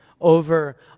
over